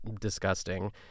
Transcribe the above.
disgusting